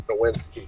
Nowinski